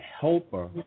helper